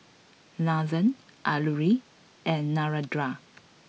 Nathan Alluri and Narendra